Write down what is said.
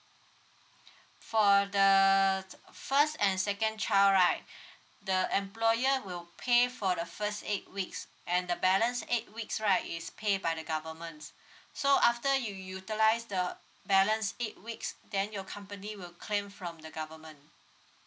for the first and second child right the employer will pay for the first eight weeks and the balance eight weeks right is pay by the government so after you utilize the balance eight weeks then your company will claim from the government